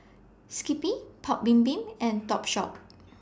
Skippy Paik's Bibim and Topshop